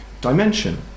dimension